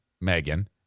Megan